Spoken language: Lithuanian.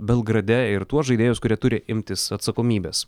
belgrade ir tuos žaidėjus kurie turi imtis atsakomybės